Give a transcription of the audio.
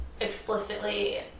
explicitly